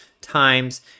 times